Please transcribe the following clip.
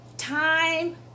Time